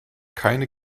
keine